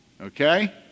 Okay